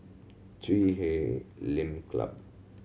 Chui Huay Lim Club